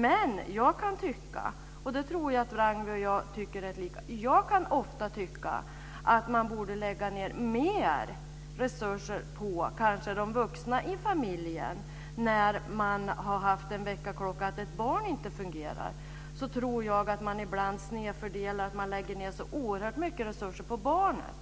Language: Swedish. Men jag kan ofta tycka, och där tror jag Ragnwi Marcelind och jag tycker rätt lika, att man borde lägga ned mer resurser på de vuxna i familjen när man har sett att ett barn inte fungerar. Jag tror att man ibland snedfördelar och lägger ned så oerhört mycket resurser på barnet.